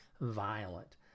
violent